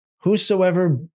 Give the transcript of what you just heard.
Whosoever